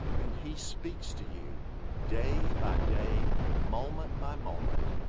and he speaks to you day by day, moment by moment.